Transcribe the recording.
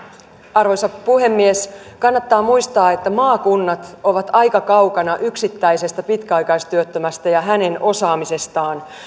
arvoisa puhemies kannattaa muistaa että maakunnat ovat aika kaukana yksittäisestä pitkäaikaistyöttömästä ja hänen osaamisestaan